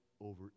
over